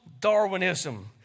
Darwinism